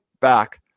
back